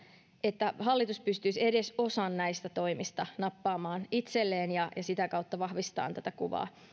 että hallitus pystyisi edes osan näistä toimista nappaamaan itselleen ja sitä kautta vahvistamaan tätä kuvaa